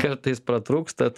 kartais pratrūkstat